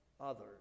others